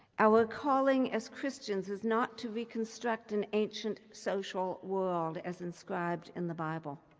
our calling as christians is not to reconstruct an ancient social world as inscribed in the bible